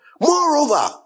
Moreover